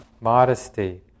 modesty